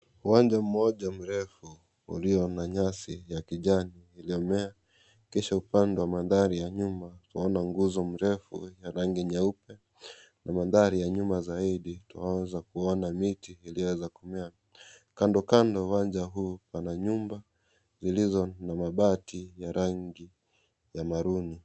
Uwanja moja mrefu ulio na nyasi ya kijani iliyomea kisha upande wa mandhari ya nyuma nguzo mrefu wa rangi nyeupe na mandhari ya nyuma zaidi tunaweza kuona miti iliyoweza kumea. Kando kando wa uwanja huu Pana nyumba zilizo na mabati ya rangi ya maroon.